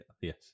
yes